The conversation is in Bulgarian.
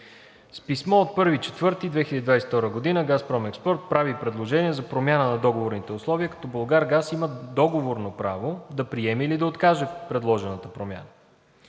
С писмото от 1 април 2022 г. „Газпром Експорт“ прави предложение за промяна на договорните условия, като „Булгаргаз“ има договорно право да приеме или да откаже предложената промяна.